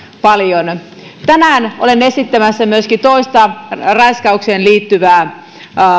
paljon tänään olen esittämässä myöskin toista raiskaukseen liittyvää